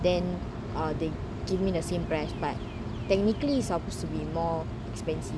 then uh they give me the same price but technically it's supposed to be more expensive